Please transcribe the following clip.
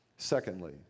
Secondly